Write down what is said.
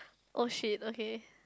oh shit okay